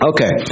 Okay